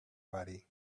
bari